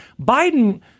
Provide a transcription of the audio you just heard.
Biden